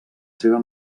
seva